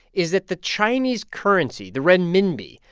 is that the chinese currency, the renminbi,